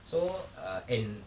so uh and